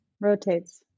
Rotates